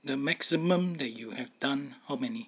the maximum that you have done how many